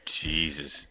Jesus